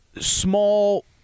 small